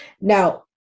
Now